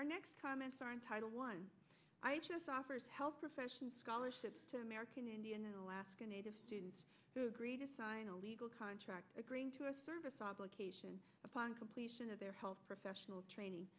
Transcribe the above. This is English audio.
our next comments are in title one i just offers health professions scholarships to american indian alaskan native students who agree to sign a legal contract agreeing to a service dog upon completion of their health professional training